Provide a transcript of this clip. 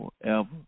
forever